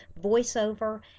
voiceover